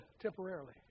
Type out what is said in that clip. temporarily